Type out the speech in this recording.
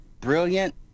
brilliant